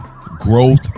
growth